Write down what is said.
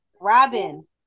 Robin